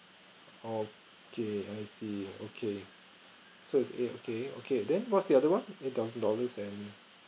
okay and I see okay so if okay okay then what's the other one eight thousand dollars and